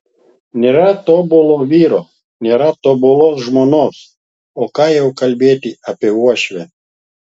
nėra tobulo vyro nėra tobulos žmonos o ką jau kalbėti apie uošvę